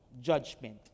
judgment